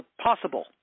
possible